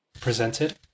presented